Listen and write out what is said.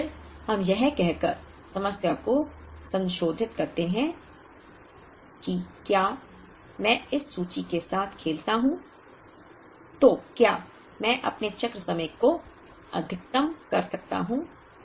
और फिर हम यह कहकर समस्या को संशोधित करते हैं कि क्या मैं इस सूची के साथ खेलता हूं तो क्या मैं अपने चक्र समय को अधिकतम कर सकता हूं